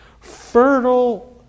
Fertile